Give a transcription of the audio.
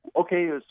Okay